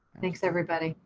thanks, everybody.